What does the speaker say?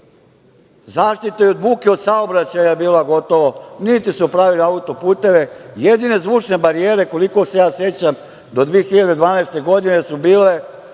zaštita od buke od saobraćaja je bila gotovo, niti su pravili auto-puteve. Jedine zvučne barijere, koliko se ja sećam, do 2012. godine su bile